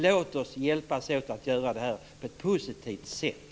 Låt oss hjälpas åt att göra detta på ett positivt sätt.